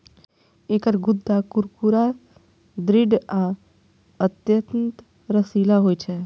एकर गूद्दा कुरकुरा, दृढ़ आ अत्यंत रसीला होइ छै